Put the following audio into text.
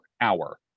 hour